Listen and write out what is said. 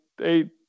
eight